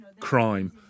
Crime